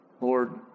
Lord